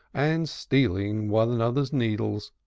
and stealing one another's needles,